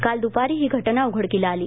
काल दुपारी ही घटना उघडकीला आली